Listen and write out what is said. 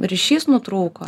ryšys nutrūko